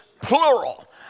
plural